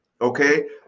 Okay